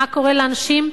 מה קורה לאנשים,